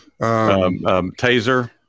taser